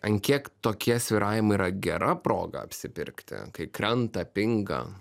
ant kiek tokie svyravimai yra gera proga apsipirkti kai krenta pinga